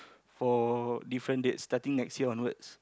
for different dates starting next year onwards